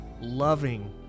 loving